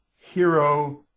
hero